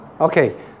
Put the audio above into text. Okay